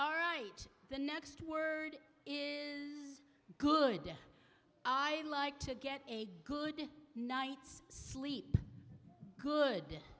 all right the next word is good i like to get a good night's sleep good